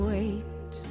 Wait